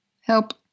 help